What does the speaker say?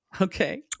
okay